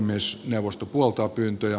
puhemiesneuvosto puoltaa pyyntöjä